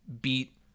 beat